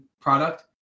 product